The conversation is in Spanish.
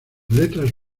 letras